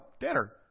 dinner